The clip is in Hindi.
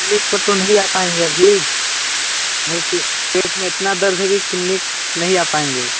क्लीनिक पर तो नही आपायेंगे अभी पेट में इतना दर्द है की क्लीनिक क्लीनिक नहीं आ पायेंगे